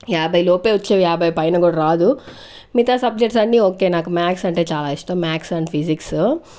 యాభై లోపే వచ్చేవి యాభై పైన కూడా రాదు మిగతా సబ్జెక్ట్స్ అన్ని ఓకే నాకు మ్యాక్స్ అంటే చాలా ఇష్టం మ్యాక్స్ ఫిజిక్స్ ఫిజిక్స్ లో